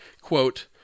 Quote